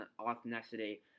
authenticity